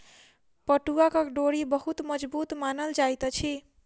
पटुआक डोरी बहुत मजबूत मानल जाइत अछि